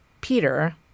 Peter